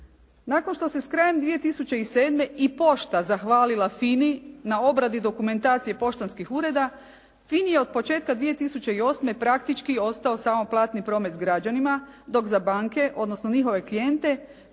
Nakon što se krajem 2007. i pošta zahvalila FINA-i na obradi dokumentacije poštanskih ureda FINA-i je od početka 2008. praktički ostao samo platni promet s građanima dok sa banke odnosno njihove klijente